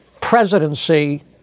presidency